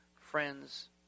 friends